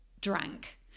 drank